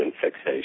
fixation